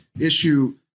issue